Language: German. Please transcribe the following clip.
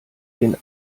den